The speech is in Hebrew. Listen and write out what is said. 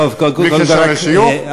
בלי קשר לשיוך,